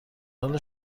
حال